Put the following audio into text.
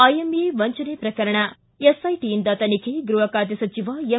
IMA ವಂಚನೆ ಪ್ರಕರಣ ಎಸ್ಐಟಿಯಿಂದ ತನಿಖೆ ಗೃಹ ಖಾತೆ ಸಚಿವ ಎಂ